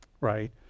right